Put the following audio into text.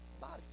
body